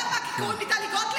מקשיבה לכל מילה שלך.